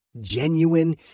Genuine